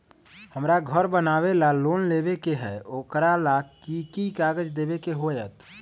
हमरा घर बनाबे ला लोन लेबे के है, ओकरा ला कि कि काग़ज देबे के होयत?